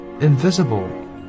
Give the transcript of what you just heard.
Invisible